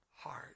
heart